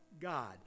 God